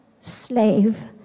slave